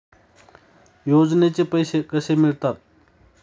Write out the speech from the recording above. योजनेचे पैसे कसे मिळतात?